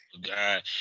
God